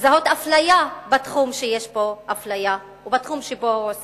לזהות אפליה בתחום שיש בו אפליה ובתחום שבו הם עוסקים.